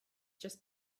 just